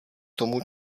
tomu